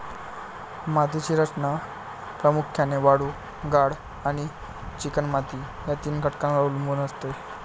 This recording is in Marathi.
मातीची रचना प्रामुख्याने वाळू, गाळ आणि चिकणमाती या तीन घटकांवर अवलंबून असते